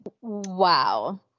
wow